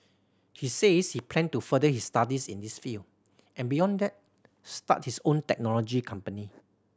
he says he plan to further his studies in this field and beyond that start his own technology company